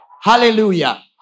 hallelujah